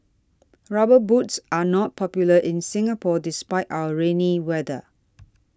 rubber boots are not popular in Singapore despite our rainy weather